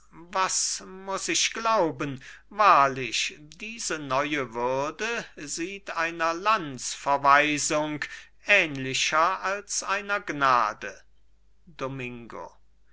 was muß ich glauben wahrlich diese neue würde sieht einer landsverweisung ähnlicher als einer gnade domingo